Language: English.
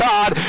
God